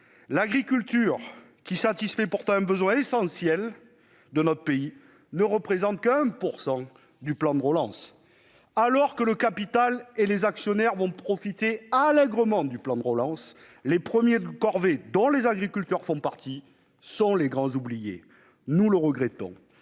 L'agriculture, qui satisfait pourtant un besoin essentiel, ne représente que 1 % du plan de relance. Alors que le capital et les actionnaires profiteront allègrement de ce plan, les « premiers de corvée », dont les agriculteurs font partie, sont les grands oubliés. Nous le regrettons